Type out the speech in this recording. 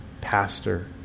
pastor